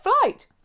flight